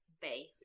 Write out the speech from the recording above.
bay